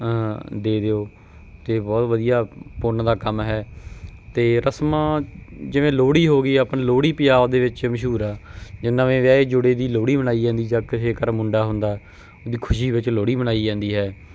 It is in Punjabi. ਦੇ ਦਿਓ ਤਾਂ ਬਹੁਤ ਵਧੀਆ ਪੁੰਨ ਦਾ ਕੰਮ ਹੈ ਅਤੇ ਰਸਮਾਂ ਜਿਵੇਂ ਲੋਹੜੀ ਹੋ ਗਈ ਆਪਣੀ ਲੋਹੜੀ ਪੰਜਾਬ ਦੇ ਵਿੱਚ ਮਸ਼ਹੂਰ ਆ ਜੇ ਨਵੇਂ ਵਿਆਹੇ ਜੋੜੇ ਦੀ ਲੋਹੜੀ ਮਨਾਈ ਜਾਂਦੀ ਜਾਂ ਕਿਸੇ ਘਰ ਮੁੰਡਾ ਹੁੰਦਾ ਖੁਸ਼ੀ ਵਿੱਚ ਲੋਹੜੀ ਮਨਾਈ ਜਾਂਦੀ ਹੈ